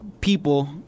people